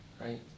right